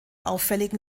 auffälligen